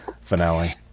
finale